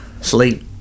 sleep